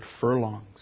furlongs